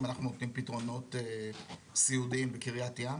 אנחנו נותנים פתרונות סיעודיים בקריית ים,